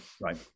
right